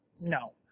No